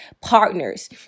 partners